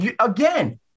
again